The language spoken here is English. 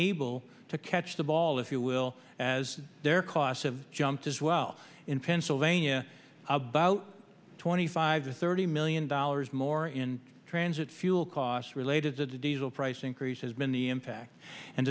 able to catch the ball if you will as their costs have jumped as well in pennsylvania about twenty five to thirty million dollars more in transit fuel costs related to diesel price increase has been the impact and